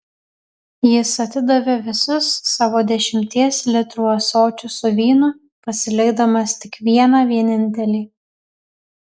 jis atidavė visus savo dešimties litrų ąsočius su vynu pasilikdamas tik vieną vienintelį